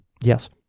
Yes